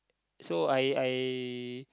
so I I